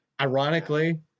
Ironically